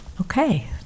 Okay